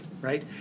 Right